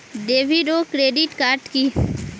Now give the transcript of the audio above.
David ও credit card কি?